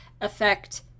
affect